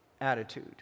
attitude